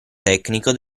tecnico